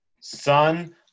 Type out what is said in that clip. Son